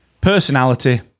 Personality